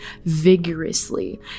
vigorously